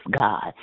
God